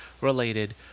related